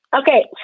okay